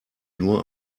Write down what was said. nur